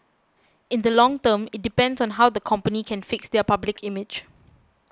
in the long term it depends on how the company can fix their public image